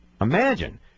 Imagine